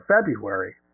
February